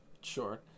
Sure